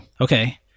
okay